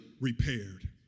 repaired